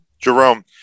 Jerome